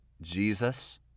Jesus